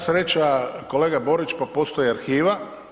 Sva sreća, kolega Borić pa postoji arhiva.